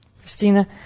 Christina